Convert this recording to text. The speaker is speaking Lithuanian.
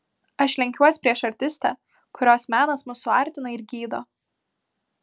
aš lenkiuos prieš artistę kurios menas mus suartina ir gydo